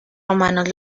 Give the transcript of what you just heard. romanos